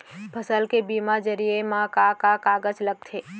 फसल के बीमा जरिए मा का का कागज लगथे?